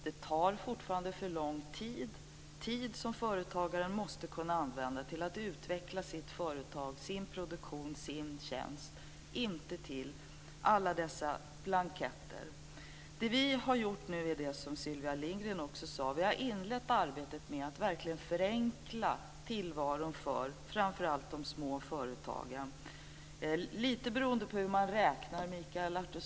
Det tar fortfarande för lång tid - tid som företagaren måste kunna använda till att utveckla sitt företag, sin produktion och sin tjänst och inte till alla dessa blanketter. Det som vi nu har gjort är det som Sylvia Lindgren också talade om; vi har inlett arbetet med att verkligen förenkla tillvaron för framför allt de små företagen. Mikael Oscarsson ställde många frågor.